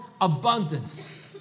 abundance